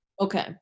Okay